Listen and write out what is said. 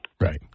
Right